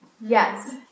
Yes